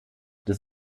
des